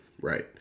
right